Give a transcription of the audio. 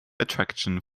attraction